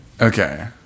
Okay